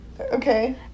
Okay